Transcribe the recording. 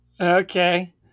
Okay